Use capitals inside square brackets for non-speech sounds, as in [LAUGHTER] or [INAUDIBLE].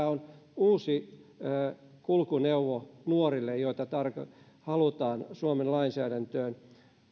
[UNINTELLIGIBLE] on nuorille uusi kulkuneuvo joita halutaan suomen lainsäädäntöön